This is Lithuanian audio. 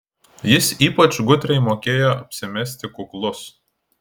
jis ypač gudriai mokėjo apsimesti kuklus